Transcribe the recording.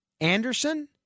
Anderson